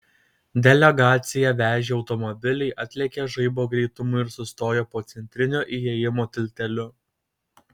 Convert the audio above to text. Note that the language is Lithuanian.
delegaciją vežę automobiliai atlėkė žaibo greitumu ir sustojo po centrinio įėjimo tilteliu